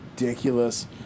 ridiculous